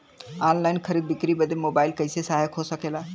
Online खरीद बिक्री बदे मोबाइल कइसे सहायक हो सकेला?